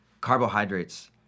carbohydrates